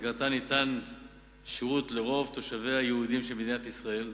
ובמסגרתן ניתן שירות לרוב תושביה היהודיים של מדינת ישראל,